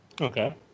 Okay